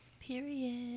Period